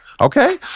Okay